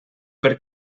per